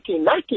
nike